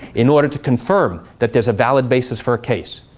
in order to confirm that there's a valid basis for a case.